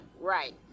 Right